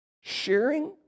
Sharing